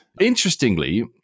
Interestingly